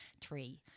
three